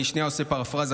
אני שנייה עושה פרפרזה,